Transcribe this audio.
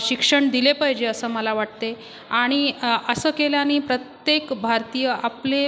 शिक्षण दिले पाहिजे असं मला वाटते आणि असं केल्याने प्रत्येक भारतीय आपले